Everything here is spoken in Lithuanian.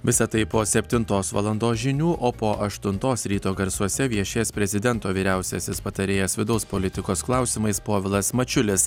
visa tai po septintos valandos žinių o po aštuntos ryto garsuose viešės prezidento vyriausiasis patarėjas vidaus politikos klausimais povilas mačiulis